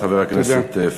תודה, חבר הכנסת פריג'.